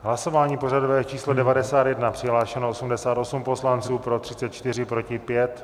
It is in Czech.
V hlasování pořadové číslo 91 přihlášeno 88 poslanců, pro 34, proti 5.